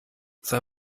sei